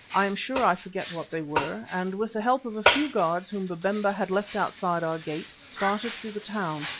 i am sure i forget what they were, and with the help of a few guards whom babemba had left outside our gate started through the town,